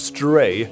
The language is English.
Stray